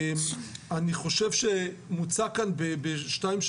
אני חושב שמוצע כאן בשתיים,